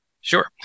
Sure